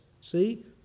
See